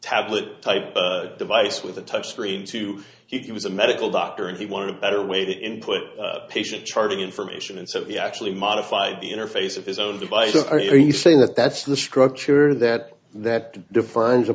tablet type device with a touchscreen to he was a medical doctor and he wanted a better way to input patient charting information and so he actually modified the interface of his own devices are you saying that that's the structure that that defines a